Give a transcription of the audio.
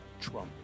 Trump